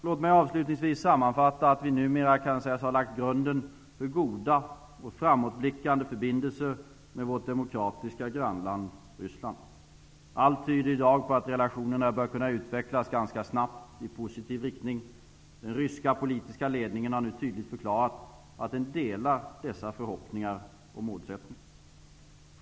Låt mig avslutningsvis sammanfatta att vi numera kan sägas ha lagt grunden för goda och framåtblickande förbindelser med vårt demokratiska grannland Ryssland. Allt tyder i dag på att relationerna bör kunna utvecklas ganska snabbt i positiv riktning. Den ryska politiska ledningen har nu tydligt förklarat att den delar dessa förhoppningar och målsättningar.